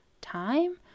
time